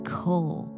coal